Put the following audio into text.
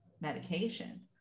medication